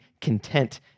content